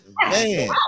Man